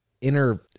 inner